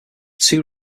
two